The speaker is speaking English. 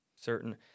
certain